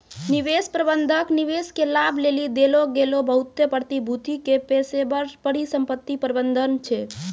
निवेश प्रबंधन निवेशक के लाभ लेली देलो गेलो बहुते प्रतिभूति के पेशेबर परिसंपत्ति प्रबंधन छै